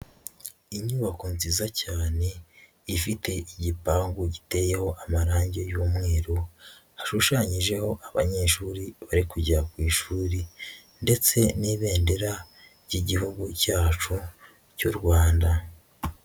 Inyubako nziza cyane ifite igipangu giteyeho amarange y'umweru, hashushanyijeho abanyeshuri bari kujya ku ishuri ndetse n'Ibendera ry'Igihugu cyacu cy'u Rwanda.